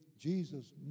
Jesus